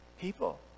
people